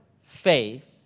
faith